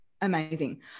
Amazing